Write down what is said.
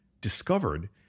discovered